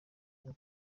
bwo